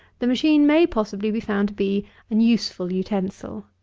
the machine may possibly be found to be an useful utensil.